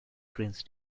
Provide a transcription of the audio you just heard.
trains